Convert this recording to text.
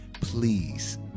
please